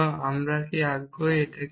সুতরাং আমরা কি আগ্রহী